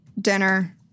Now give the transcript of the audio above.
Dinner